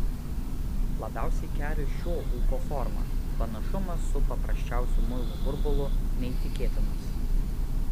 labiausiai keri šio ūko forma panašumas su paprasčiausiu muilo burbulu neįtikėtinas